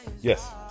Yes